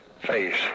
Face